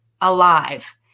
alive